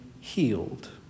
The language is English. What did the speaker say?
healed